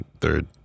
third